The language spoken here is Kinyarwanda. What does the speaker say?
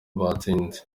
batsinze